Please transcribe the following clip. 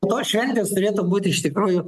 tos šventės turėtų būt iš tikrųjų